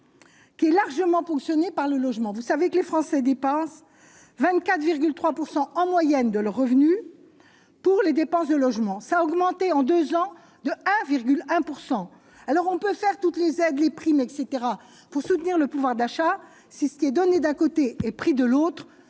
Qui est largement ponctionné par le logement, vous savez que les Français dépensent 24,3 pourcent en moyenne de leurs revenus pour les dépenses de logement ça a augmenté en 2 ans de 1,1 pourcent alors on peut faire toutes les aides, les primes, etc, pour soutenir le pouvoir d'achat, c'est ce qui est donné, d'un côté et prix de l'autre,